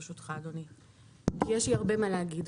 כי יש לי הרבה מה להגיד.